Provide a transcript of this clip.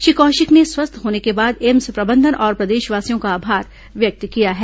श्री कौशिक ने स्वस्थ होने के बाद एम्स प्रबंधन और प्रदेशवासियों का आभार व्यक्त किया है